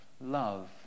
love